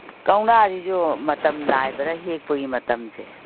ꯀꯧꯅꯥꯁꯤꯁꯨ ꯃꯇꯝ ꯅꯥꯏꯕ꯭ꯔꯥ ꯍꯦꯛꯄꯒꯤ ꯃꯇꯝꯁꯦ